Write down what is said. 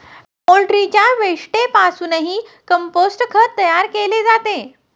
पोल्ट्रीच्या विष्ठेपासूनही कंपोस्ट खत तयार केले जाते